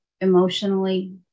emotionally